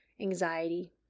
anxiety